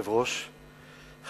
חברי הכנסת,